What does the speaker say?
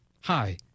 Hi